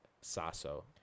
Sasso